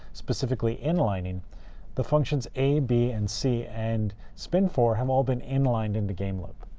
specifically inlining the functions a, b, and c and spinfor have all been inlined into gameloop.